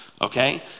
Okay